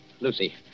Lucy